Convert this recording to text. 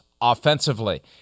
offensively